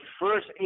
first